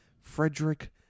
Frederick